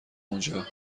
اونجا